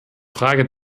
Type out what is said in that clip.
frage